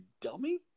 dummy